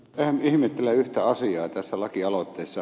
vähän ihmettelen yhtä asiaa tässä lakialoitteessa